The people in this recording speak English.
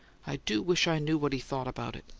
i do wish i knew what he thought about it.